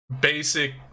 basic